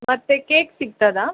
ಮತ್ತು ಕೇಕ್ ಸಿಗ್ತದಾ